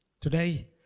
today